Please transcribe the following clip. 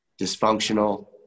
dysfunctional